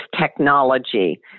technology